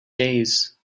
days